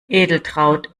edeltraud